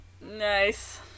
Nice